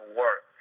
work